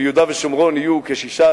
ביהודה ושומרון יהיו 6,